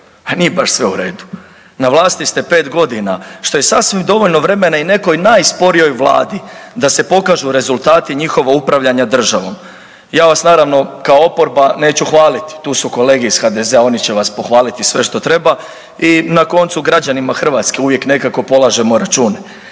nije baš sve u redu. Na vlasti ste 5 godina, što je sasvim dovoljno vremena i nekoj najsporijoj vladi da se pokažu rezultati njihovog upravljanja državom. Ja vas naravno, kao oporba neću hvaliti, tu su kolege iz HDZ-a, oni će vas pohvaliti sve što treba i na koncu, građanima Hrvatske uvijek nekako polažemo račune.